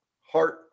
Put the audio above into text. heart